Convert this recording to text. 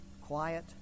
quiet